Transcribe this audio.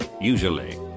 Usually